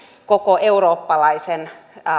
koko eurooppalaisen